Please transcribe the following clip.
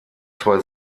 zwei